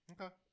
Okay